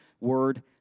word